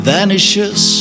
Vanishes